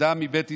אדם מבית ישראל,